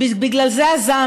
בגלל זה יוצאים להפגין נגדכם,